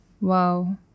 Wow